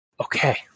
Okay